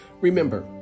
Remember